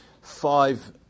five